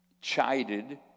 chided